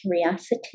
curiosity